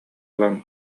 ылан